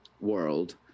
world